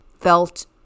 felt